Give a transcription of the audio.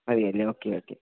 മതിയല്ലേ okay okay